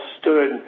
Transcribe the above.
stood